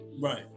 Right